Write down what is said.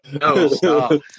No